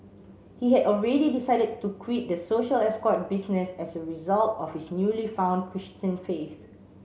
he had already decided to quit the social escort business as a result of his newly found Christian faith